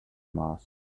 mars